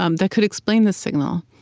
um that could explain the signal?